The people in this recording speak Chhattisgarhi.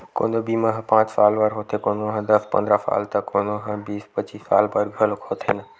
कोनो बीमा ह पाँच साल बर होथे, कोनो ह दस पंदरा साल त कोनो ह बीस पचीस साल बर घलोक होथे न